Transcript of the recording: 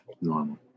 Normal